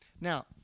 now